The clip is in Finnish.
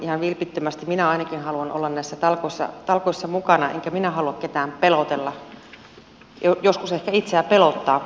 ihan vilpittömästi minä ainakin haluan olla näissä talkoissa mukana enkä minä halua ketään pelotella joskus ehkä itseä pelottaa